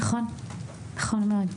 נכון מאוד.